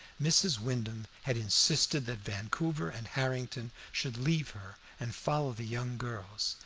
mrs. wyndham had insisted that vancouver and harrington should leave her and follow the young girls,